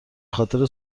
خاطر